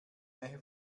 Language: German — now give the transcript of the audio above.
nähe